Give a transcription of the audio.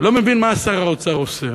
לא מבין מה שר האוצר עושה.